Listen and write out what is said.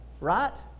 right